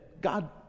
God